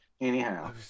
Anyhow